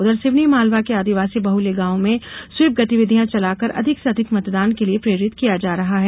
उधर सिवनी मालवा के आदिवासी बहुल्य गांव में स्वीप गतिविधियां चलाकर अधिक से अधिक मतदान के लिये प्रेरित किया जा रहा है